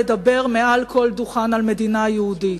לדבר מעל כל דוכן על מדינה יהודית.